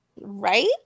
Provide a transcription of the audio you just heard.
right